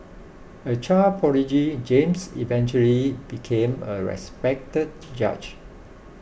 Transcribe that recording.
a child prodigy James eventually became a respected judge